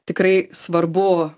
tikrai svarbu